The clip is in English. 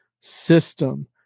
system